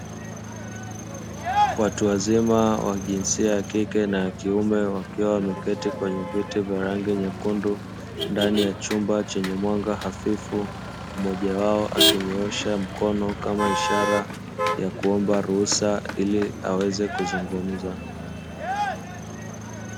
Watu wazima wa jinsia ya kike na ya kiume wakiwa wameketi kwenye viti vya rangi nyekundu ndani ya chumba chenye mwanga hafifu, mmoja wao akinyoosha mkono kama ishara ya kuomba ruhusa ili aweze kuzungumza.